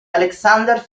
alexander